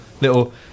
little